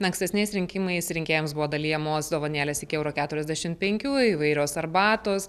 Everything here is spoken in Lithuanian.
na ankstesniais rinkimais rinkėjams buvo dalijamos dovanėlės iki euro keturiasdešimt penkių įvairios arbatos